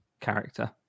character